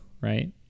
Right